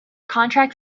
contract